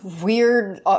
weird